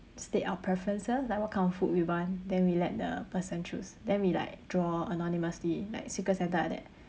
state our preferences like what kind of food we want then we let the person choose then we like draw anonymously like secret santa like that